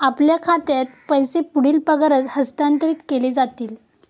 आपल्या खात्यात पैसे पुढील पगारात हस्तांतरित केले जातील